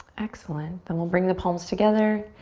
excellent, then we'll bring the palms together,